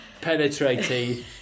penetrating